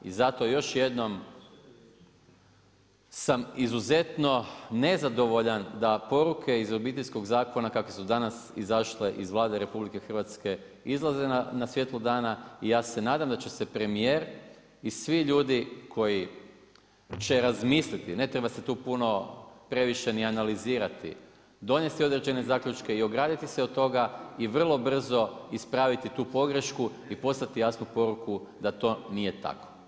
I zato još jednom sam izuzetno nezadovoljan da poruke iz Obiteljskog zakona kakve su danas izašle iz Vlade RH izlaze na svjetlo dana i ja se nadam da će se premijer i svi ljudi koji će razmisliti, ne treba se tu previše puno ni analizirati, donest određene zaključke i ograditi se od toga i vrlo brzo ispraviti tu pogrešku i poslati jasnu poruku da to nije tako.